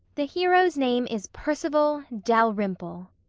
the hero's name is perceval dalrymple.